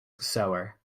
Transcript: sewer